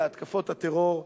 להתקפות הטרור,